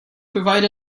provide